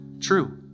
true